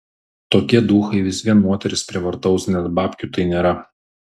tokie duchai vis vien moteris prievartaus nes babkių tai nėra